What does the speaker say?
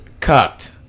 Cucked